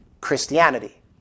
Christianity